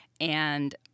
And-